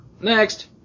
next